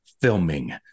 filming